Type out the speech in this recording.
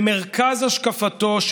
במרכז השקפתו,